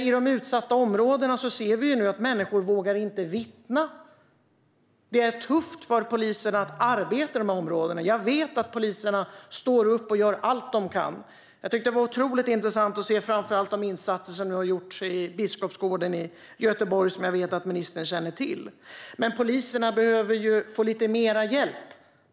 I de utsatta områdena ser vi nu att människor inte vågar vittna, och det är tufft för polisen att arbeta i de här områdena. Jag vet att poliserna står upp och gör allt de kan, och jag tyckte att det var otroligt intressant att se framför allt de insatser som har gjorts i Biskopsgården i Göteborg och som jag vet att även ministern känner till. Men poliserna behöver få lite mer hjälp.